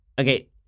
Okay